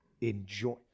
Enjoy